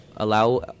allow